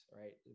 right